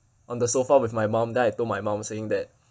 on the sofa with my mum then I told my mum saying that